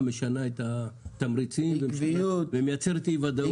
היא משנה את התמריצים ומייצרת אי ודאות.